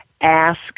Ask